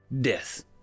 Death